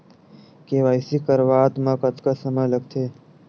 KYC करवात म कतका समय लगथे?